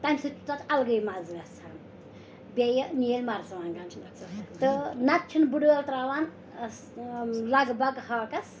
تٔمۍ سۭتۍ چھُ تَتھ الگٕے مَزٕ گژھان بیٚیہِ نیٖلۍ مَرژٕوانٛگَن چھِ گژھان تہٕ نَتہٕ چھِنہٕ بٕڑٲل ترٛاوان لَگ بَگ ہاکَس